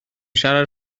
siarad